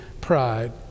pride